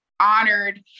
honored